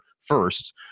first